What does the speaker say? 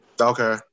Okay